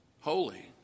Holy